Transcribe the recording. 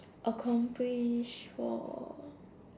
accomplished for